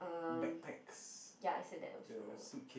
um ya I said that also